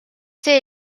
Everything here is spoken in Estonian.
see